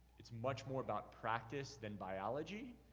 it's much more about practice than biology.